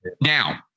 Now